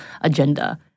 agenda